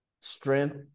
strength